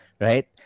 right